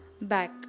back